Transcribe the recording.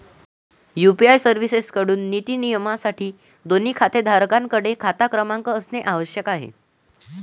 UPI सर्व्हिसेसएकडून निधी नियमनासाठी, दोन्ही खातेधारकांकडे खाता क्रमांक असणे आवश्यक आहे